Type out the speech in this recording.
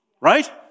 right